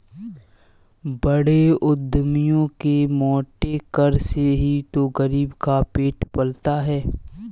बड़े उद्यमियों के मोटे कर से ही तो गरीब का पेट पलता है